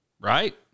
right